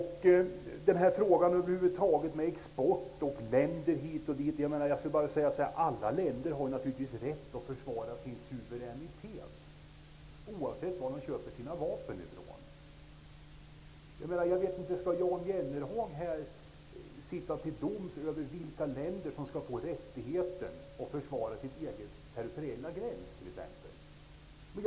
När det gäller hela den här frågan om export, till vilka länder, osv., vill jag bara säga att alla länder naturligtvis har rätt att försvara sin suveränitet, oavsett var de köper sina vapen. Skall Jan Jennehag sitta till doms över vilka länder som skall få rättigheten att försvara sin territoriella gräns t.ex.?